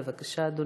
בבקשה, אדוני.